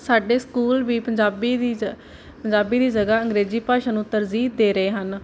ਸਾਡੇ ਸਕੂਲ ਵੀ ਪੰਜਾਬੀ ਦੀ ਜ ਪੰਜਾਬੀ ਦੀ ਜਗ੍ਹਾ ਅੰਗਰੇਜ਼ੀ ਭਾਸ਼ਾ ਨੂੰ ਤਰਜੀਹ ਦੇ ਰਹੇ ਹਨ